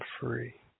free